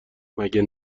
مگه